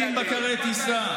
50 בקרי טיסה.